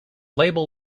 label